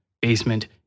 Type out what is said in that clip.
basement